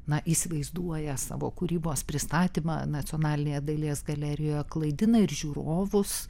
na įsivaizduoja savo kūrybos pristatymą nacionalinėje dailės galerijoje klaidina ir žiūrovus